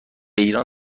ایران